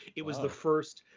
it was the first,